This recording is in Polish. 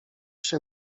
się